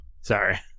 Sorry